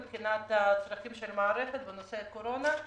מבחינת הצרכים של המערכת בנושא הקורונה?